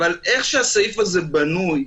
אבל איך שהסעיף הזה בנוי,